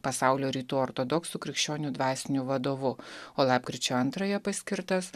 pasaulio rytų ortodoksų krikščionių dvasiniu vadovu o lapkričio antrąją paskirtas